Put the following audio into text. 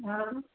હા